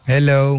Hello